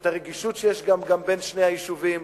את הרגישות שיש גם בין שני היישובים,